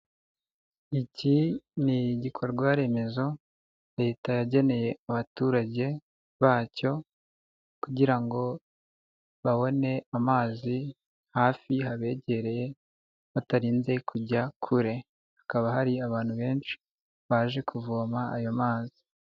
Iki ni igikorwa remezo leta yageneye abaturage bacyo kugira ngo babone amazi hafi abegereye batarinze kujya kure, hakaba hari abantu benshi baje kuvoma ayo mazi.